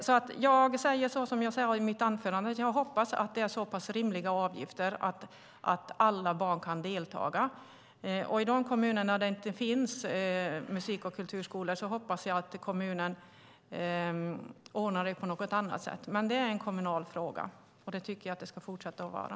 Som jag sade i mitt anförande hoppas jag att det är så pass rimliga avgifter att alla barn kan delta. I de kommuner där det inte finns musik och kulturskolor hoppas jag att kommunen ordnar det på något annat sätt. Men det är en kommunal fråga, och det tycker jag att det ska fortsätta att vara.